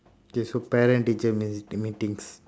okay so parent-teacher meetings